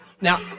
Now